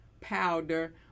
powder